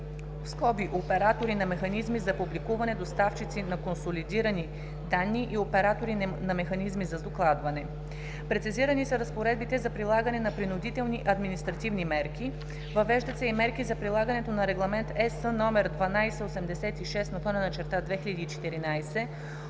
данни – оператори на механизми за публикуване, доставчици на консолидирани данни и оператори на механизми за докладване; - Прецизирани са разпоредбите за прилагане на принудителни административни мерки; - Въвеждат се и мерки за прилагането на Регламент ЕС № 1286/2014